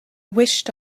wished